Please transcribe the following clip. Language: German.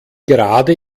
gerade